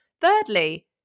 Thirdly